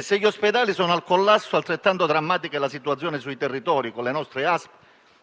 Se gli ospedali sono al collasso altrettanto drammatica è la situazione sui territori, con le nostre ASL